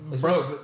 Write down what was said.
bro